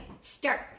start